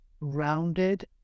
rounded